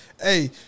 hey